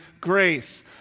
grace